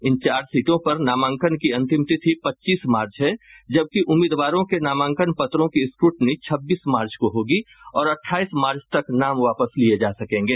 इन चारों सीटों पर नामांकन की अंतिम तिथि पच्चीस मार्च है जबकि उम्मीदवारों के नामांकन पत्रों की स्क्रूटनी छब्बीस मार्च को होगी और अठाईस मार्च तक नाम वापस लिये जा सकेंगे